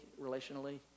relationally